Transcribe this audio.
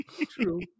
True